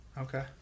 Okay